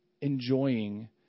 enjoying